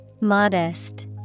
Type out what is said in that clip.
Modest